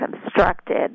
constructed